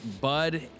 Bud